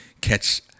catch